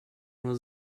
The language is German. nur